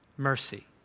mercy